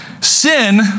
Sin